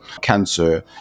cancer